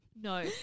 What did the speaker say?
no